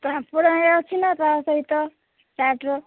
ପାମ୍ପଡ଼ ହେରିକା ଅଛି ନା ତା'ସହିତ ଚାଟ୍ର